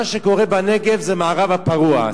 מה שקורה בנגב זה המערב הפרוע,